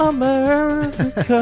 America